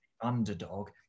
underdog